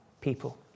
people